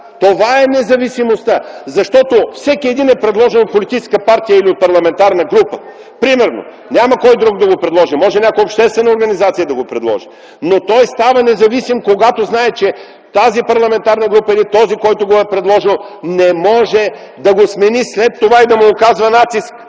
това е независимостта. Всеки един е предложен от политическа партия или от парламентарна група. Например, няма кой друг да го предложи, може някоя обществена организация да го предложи, но той става независим, когато знае, че тази парламентарна група или този, който го е предложил, не може да го смени след това и да му оказва натиск.